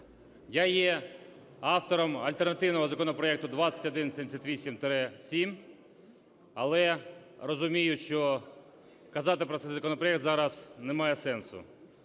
Я є автором альтернативного законопроекту 2178-7. Але розумію, що казати про цей законопроект зараз немає сенсу.